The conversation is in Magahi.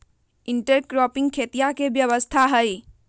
इंटरक्रॉपिंग खेतीया के व्यवस्था हई